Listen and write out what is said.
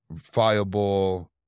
Fireball